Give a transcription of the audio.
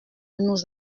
nous